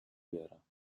بیارم